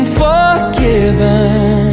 forgiven